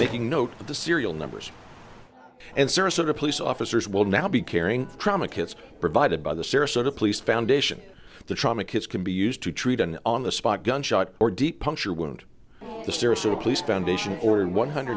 taking note of the serial numbers and service of the police officers will now be carrying trauma kits provided by the sarasota police foundation the trauma kids can be used to treat and on the spot gunshot or deep puncture wound the sarasota police foundation ordered one hundred